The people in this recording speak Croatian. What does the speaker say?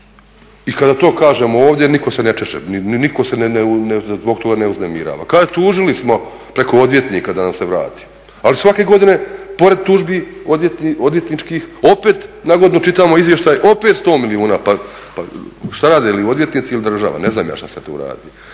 I kada to kažemo ovdje nitko se ne češe, nitko se zbog toga ne uznemirava. Kaže, tužili smo preko odvjetnika da nam se vrati. Ali svake godine pored tužbi odvjetničkih opet na godinu čitamo izvještaj opet sto milijuna. Pa šta rade ili odvjetnici ili država, ne znam ja šta se tu radi.